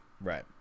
right